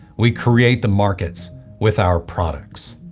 we create the markets with our products.